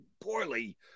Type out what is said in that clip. poorly